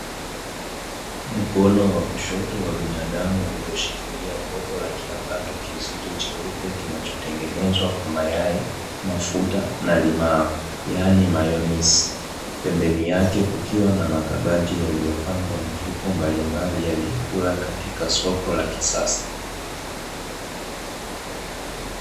Mkono wa kushoto wa binadamu ulioshikilia kopo la kiambato kizito cheupe kinachotengenezwa kwa mayai, mafuta na limao (yaani mayonisi). Pembeni yake kukiwa na makabati yaliyopangwa mifuko mbalimbali ya vyakula katika soko la kisasa.